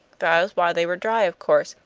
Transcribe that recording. that is why they were dry of course,